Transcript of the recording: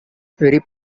very